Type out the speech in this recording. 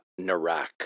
Narak